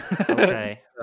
Okay